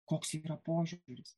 koks yra požiūris